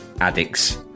addicts